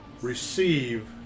receive